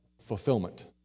Fulfillment